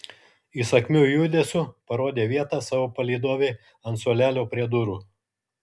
įsakmiu judesiu parodė vietą savo palydovei ant suolelio prie durų